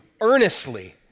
earnestly